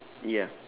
ya